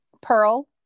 pearl